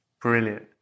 Brilliant